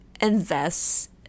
invest